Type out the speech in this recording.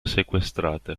sequestrate